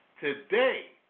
Today